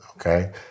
Okay